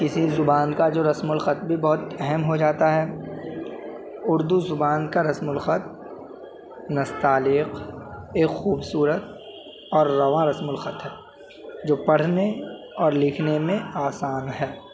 کسی زبان کا جو رسم الخط بھی بہت اہم ہو جاتا ہے اردو زبان کا رسم الخط نستعلیق ایک خوبصورت اور رواں رسم الخط ہے جو پڑھنے اور لکھنے میں آسان ہے